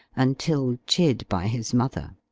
until chid by his mother.